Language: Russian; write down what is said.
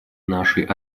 нашей